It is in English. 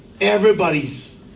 everybody's